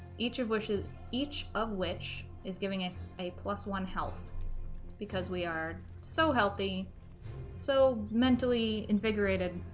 each of wishes each of which is giving us a plus-one health because we are so healthy so mentally invigorated